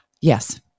Yes